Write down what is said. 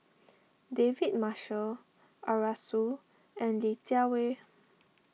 David Marshall Arasu and Li Jiawei